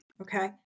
Okay